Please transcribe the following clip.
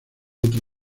otro